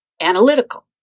Analytical